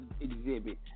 exhibit